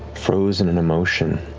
frozen in emotion,